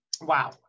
Wow